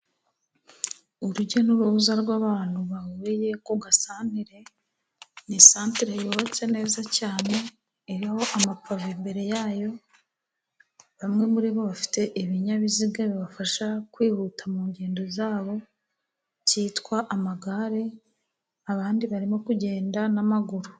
Urujya n’uruza rw’abantu bahuriye ku gasantere. Ni isantere yubatse neza cyane, iriho amapave imbere yayo. Bamwe muri bo bafite ibinyabiziga bibafasha kwihuta mu ngendo zabo, byitwa amagare, abandi barimo kugenda n’amaguru.